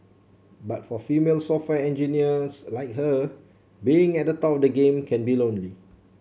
but for female software engineers like her being at the top of the game can be lonely